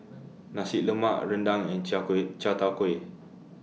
Nasi Lemak Rendang and Chai Kuay Chai Tow Kuay